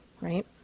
right